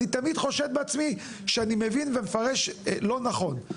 אני תמיד חושד בעצמי שאני מבין ומפרש לא נכון.